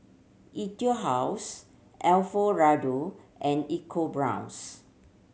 Etude House Alfio Raldo and ecoBrown's